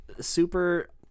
super